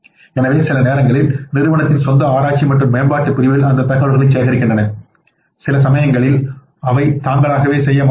எனவே சில நேரங்களில் நிறுவனத்தின் சொந்த ஆராய்ச்சி மற்றும் மேம்பாட்டுப் பிரிவுகள் அந்தத் தகவலைச் சேகரிக்கின்றன சில சமயங்களில் அவை தாங்களாகவே செய்யமாட்டார்கள்